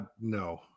No